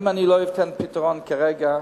אם אני לא אתן פתרון כרגע,